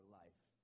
life